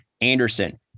Anderson